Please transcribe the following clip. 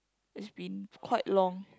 it's been quite long